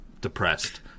depressed